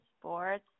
sports